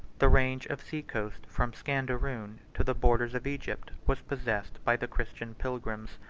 the range of sea-coast from scanderoon to the borders of egypt was possessed by the christian pilgrims.